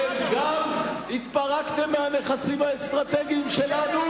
אתם גם התפרקתם מהנכסים האסטרטגיים שלנו